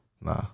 Nah